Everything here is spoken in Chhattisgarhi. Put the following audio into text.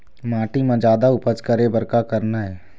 माटी म जादा उपज करे बर का करना ये?